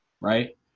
right